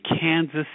Kansas